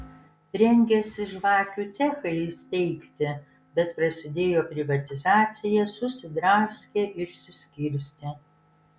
rengėsi žvakių cechą įsteigti bet prasidėjo privatizacija susidraskė išsiskirstė